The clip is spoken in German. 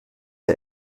der